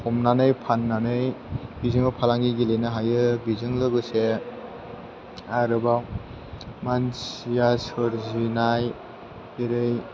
हमनानै फाननानै बेजोंबो फालांगि गेलेनो हायो बेजों लोगोसे आरोबाव मानसिया सोरजिनाय जेरै